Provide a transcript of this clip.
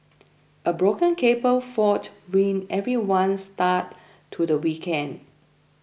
a broken cable fault ruined everyone's start to the weekend